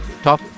top